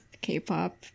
K-pop